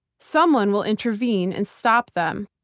someone will intervene and stop them.